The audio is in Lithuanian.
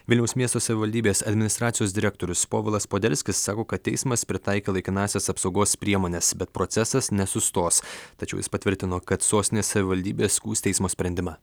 vilniaus miesto savivaldybės administracijos direktorius povilas poderskis sako kad teismas pritaikė laikinąsias apsaugos priemones bet procesas nesustos tačiau jis patvirtino kad sostinės savivaldybė skųs teismo sprendimą